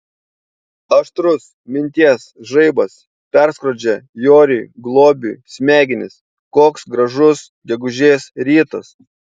aštrus minties žaibas perskrodžia joriui globiui smegenis koks gražus gegužės rytas